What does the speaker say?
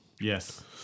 Yes